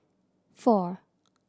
four